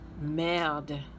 Merde